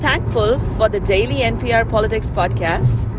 thankful for the daily npr politics podcast.